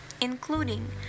including